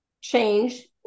change